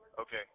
Okay